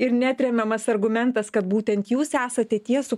ir neatremiamas argumentas kad būtent jūs esate tiesų